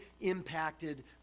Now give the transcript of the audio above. impacted